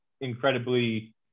incredibly